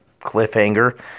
cliffhanger